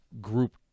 group